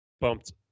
bumped –